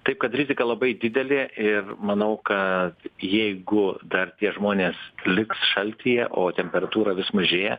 taip kad rizika labai didelė ir manau kad jeigu dar tie žmonės liks šaltyje o temperatūra vis mažėja